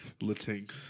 Latinx